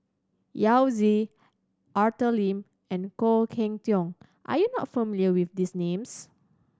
Yao Zi Arthur Lim and Khoo Cheng Tiong are you not familiar with these names